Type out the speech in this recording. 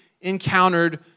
encountered